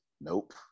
nope